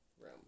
room